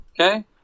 Okay